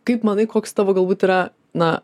kaip manai koks tavo galbūt yra na